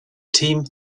teams